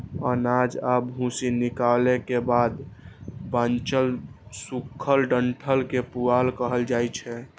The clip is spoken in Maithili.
अनाज आ भूसी निकालै के बाद बांचल सूखल डंठल कें पुआर कहल जाइ छै